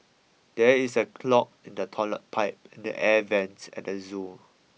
there is a clog in the toilet pipe and the air vents at the zoo